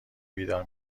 بیدار